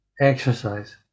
exercise